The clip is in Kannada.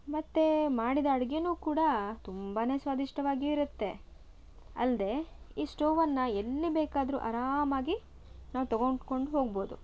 ಮತ್ತೆ ಮಾಡಿದ ಅಡುಗೆನೂ ಕೂಡ ತುಂಬಾ ಸ್ವಾದಿಷ್ಟವಾಗಿ ಇರುತ್ತೆ ಅಲ್ಲದೆ ಈ ಸ್ಟೋವನ್ನು ಎಲ್ಲಿ ಬೇಕಾದರು ಆರಾಮಾಗಿ ನಾವು ತಗೊಂಡು ಕೊಂಡು ಹೋಗ್ಬೋದು